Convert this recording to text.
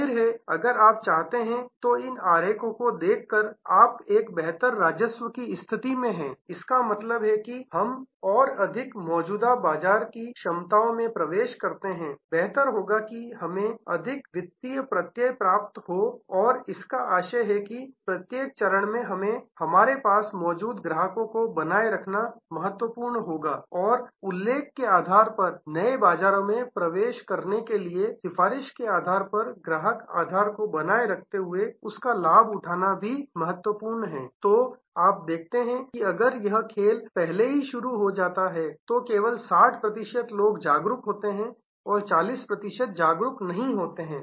जाहिर है अगर आप चाहते हैं तो इन आरेखों को देखकर आप एक बेहतर राजस्व की स्थिति है इसका मतलब है कि हम और अधिक मौजूदा बाजार की क्षमता में प्रवेश करते हैं बेहतर होगा कि हमें अधिक वित्तीय प्रत्यय प्राप्त हो और इसका आशय है कि प्रत्येक चरण में हमें हमारे पास मौजूद ग्राहकों को बनाए रखना महत्वपूर्ण होगा और उल्लेख के आधार पर नए बाजारों में प्रवेश करने के लिए सिफारिश के आधार पर ग्राहक आधार को बनाए रखते हुए उसका लाभ उठाना महत्वपूर्ण है तो आप देखते हैं कि अगर यह खेल पहले ही शुरू हो जाता है तो केवल 60 प्रतिशत लोग जागरूक होते हैं 40 प्रतिशत जागरूक नहीं होते हैं